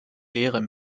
leere